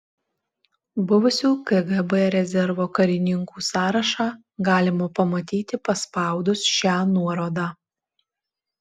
buvusių kgb rezervo karininkų sąrašą galima pamatyti paspaudus šią nuorodą